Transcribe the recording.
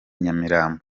nyamirambo